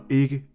ikke